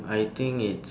I think it's